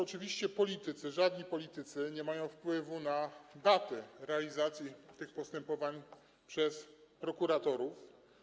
Oczywiście politycy, żadni politycy nie mają wpływu na daty realizacji tych postępowań przez prokuratorów.